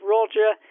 Roger